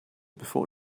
before